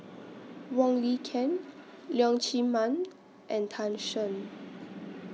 Wong Lin Ken Leong Chee Mun and Tan Shen